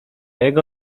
jego